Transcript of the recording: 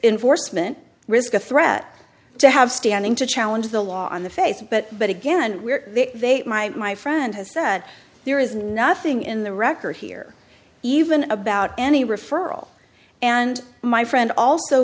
enforcement risk a threat to have standing to challenge the law on the face but but again my my friend has said there is nothing in the record here even about any referral and my friend also